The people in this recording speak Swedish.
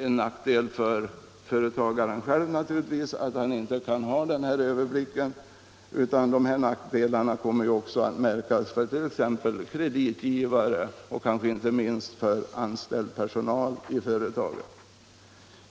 en nackdel för företagaren själv att han inte kan få denna överblick, utan nackdelar kommer också att märkas för t.ex. kreditgivare och kanske inte minst för anställd personal i företaget.